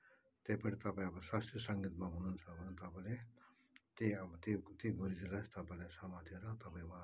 त्यही पनि तपाईँ अब संस्कृत सङ्गीतमा हुनुहुन्छ भने तपाईँले त्यही अब त्यही त्यही गुरुजीलाई तपाईँले समातेर तपाईँ वहाँसँग